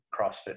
crossfit